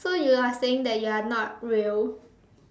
so you are saying that you are not real